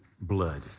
blood